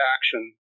action